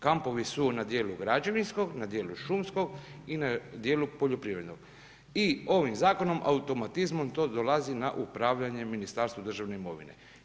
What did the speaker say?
Kampovi su na dijelu građevinskog, na dijelu šumskog i na dijelu poljoprivrednog. i ovim zakonom automatizmom to dolazi na upravljanje Ministarstvu državne imovine.